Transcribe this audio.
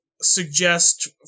suggest